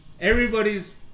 Everybody's